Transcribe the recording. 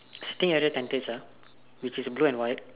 sitting area tentage ah which is blue and white